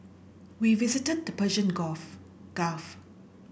we visited the Persian Gulf